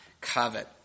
covet